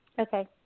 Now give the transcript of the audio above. Okay